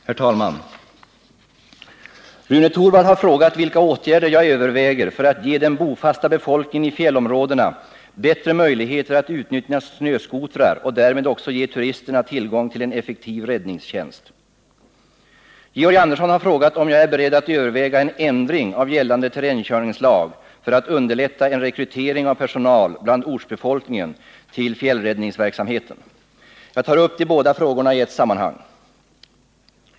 Herr talman! Rune Torwald har frågat, vilka åtgärder jag överväger för att ge den bofasta befolkningen i fjällområdena bättre möjligheter att utnyttja snöskotrar och därmed också ge turisterna tillgång till en effektiv räddningstjänst. Georg Andersson har frågat om jag är beredd att överväga en ändring av gällande terrängkörningslag för att underlätta en rekrytering av personal bland ortsbefolkningen till fjällräddningsverksamheten. Jag tar upp de båda frågorna i ett sammanhang.